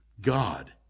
God